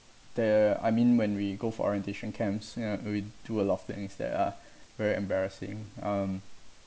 the I mean when we go for orientation camps you know we do a lot of things that are very embarrassing um